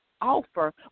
offer